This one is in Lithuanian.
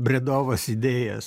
bredovas idėjas